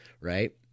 right